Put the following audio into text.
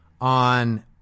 on